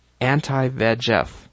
anti-VEGF